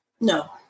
no